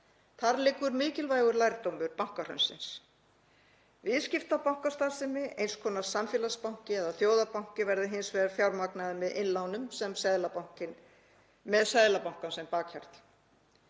Þar liggur mikilvægur lærdómur bankahrunsins. Viðskiptabankastarfsemi, eins konar samfélagsbanki eða þjóðarbanki, verði hins vegar fjármögnuð með innlánum með Seðlabankann sem bakhjarl.